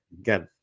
again